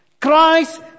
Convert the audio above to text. Christ